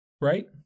right